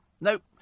Nope